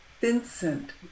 Vincent